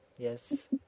Yes